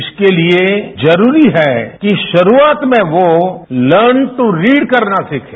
इसके लिए जरूरी है कि शुरूआत में वो लर्न दू रीड करना सीखें